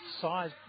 size